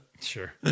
Sure